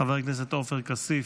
חבר הכנסת עופר כסיף,